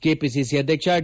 KPCC ಅಧ್ಯಕ್ಷ D